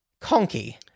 Conky